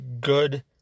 good